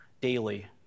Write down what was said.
daily